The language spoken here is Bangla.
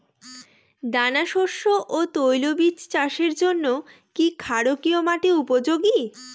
দানাশস্য ও তৈলবীজ চাষের জন্য কি ক্ষারকীয় মাটি উপযোগী?